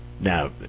Now